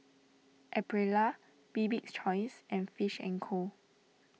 Aprilia Bibik's Choice and Fish and Co